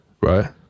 right